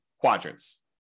quadrants